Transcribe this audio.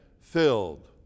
filled